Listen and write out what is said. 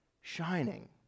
shining